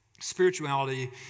Spirituality